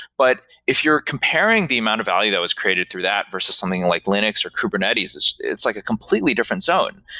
but if you're comparing the amount of value that was created through that versus something like linux or kuberentes, it's it's like a completely different zone.